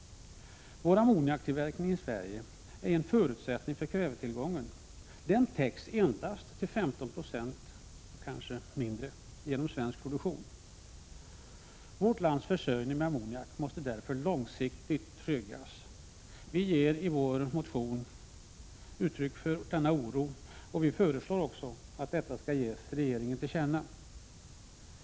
Vår ammoniaktillverkning, som är en förutsättning för kvävetillgången, täcks endast till högst 15 96 genom svensk produktion. Vårt lands försörjning med ammoniak måste därför långsiktigt tryggas. Denna oro ger vi uttryck för i motionen och föreslår också att detta skall ges regeringen till känna.